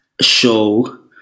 show